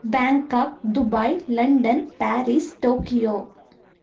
Bangkok Dubai London Paris Tokyo